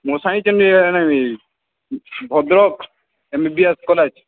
ମୋ Bhadrak M B B S college